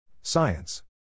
Science